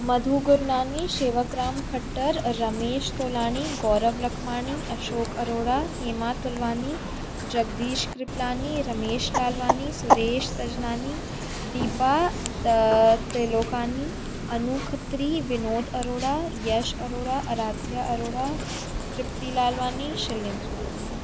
Madhu Gurnani Shewakram Khattar Ramesh Tolani Gaurav Lakhmani Ashok Arora Hema Tulwani Jagdish Kripalani Ramesh Lalwani Suresh Srijanani Deepa Tilokani Anu Khatri Vinod Arora Yash Arora Aradhya Arora Tripti Lalwani Shailendra Lalwani